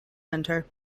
centre